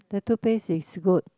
the toothpaste is good